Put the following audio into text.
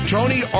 Tony